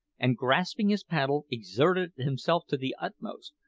and grasping his paddle, exerted himself to the utmost,